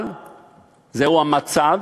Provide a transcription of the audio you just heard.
אבל זהו המצב,